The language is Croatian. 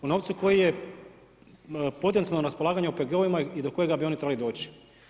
O novcu koji je potencijalno raspolaganje OPG-ovima i do kojega bi oni trebali doći.